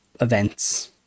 events